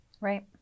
Right